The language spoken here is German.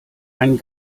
ein